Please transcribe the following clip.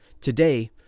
Today